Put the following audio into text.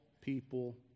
people